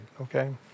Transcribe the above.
Okay